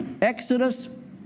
Exodus